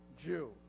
Jew